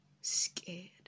scared